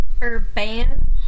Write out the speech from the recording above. Urban